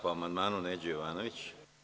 Po amandmanu, Neđo Jovanović.